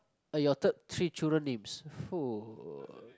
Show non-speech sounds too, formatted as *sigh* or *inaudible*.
are your top three children names *noise*